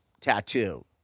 tattoo